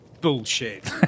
bullshit